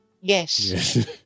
Yes